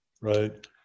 right